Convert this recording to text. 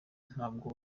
ntabwo